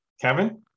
Kevin